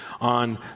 on